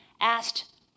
asked